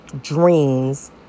dreams